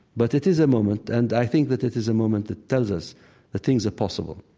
but it is a moment and i think that it is a moment that tells us that things are possible,